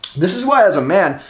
this is why as a man,